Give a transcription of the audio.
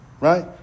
right